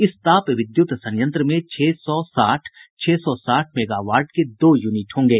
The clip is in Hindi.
इस ताप विद्युत संयंत्र में छह सौ साठ छह सौ साठ मेगावाट के दो यूनिट होंगे